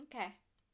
mm k